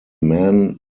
man